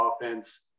offense